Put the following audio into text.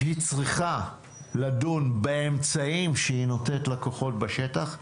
היא צריכה לדון באמצעים שהיא נותנת לכוחות בשטח,